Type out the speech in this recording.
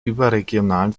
überregionalen